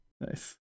Nice